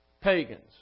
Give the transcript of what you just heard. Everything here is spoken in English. pagans